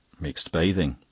mixed bathing.